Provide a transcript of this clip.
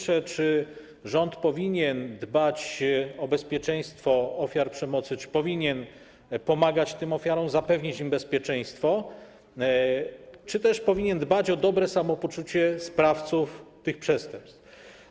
Czy rząd powinien dbać o bezpieczeństwo ofiar przemocy, czy powinien pomagać tym ofiarom, zapewnić im bezpieczeństwo, czy też powinien dbać o dobre samopoczucie sprawców tych przestępstw?